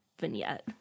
vignette